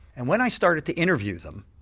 and when i started to interview them,